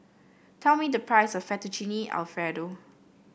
tell me the price of Fettuccine Alfredo